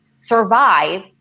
survive